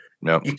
no